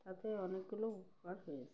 তাতে অনেকগুলো উপকার হয়েছে